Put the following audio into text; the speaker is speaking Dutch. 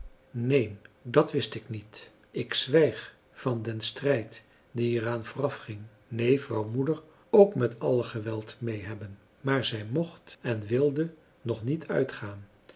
neen dat wist ik niet ik zwijg van den strijd die er aan voorafging neef wou moeder ook met alle geweld mee hebben maar zij mocht en wilde nog niet uitgaan